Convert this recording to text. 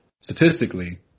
statistically